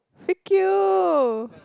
freak you